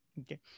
Okay